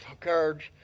cards